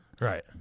Right